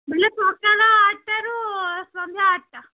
ବୋଇଲେ ସକାଳ ଆଠଟାରୁ ସନ୍ଧ୍ୟା ଆଠଟା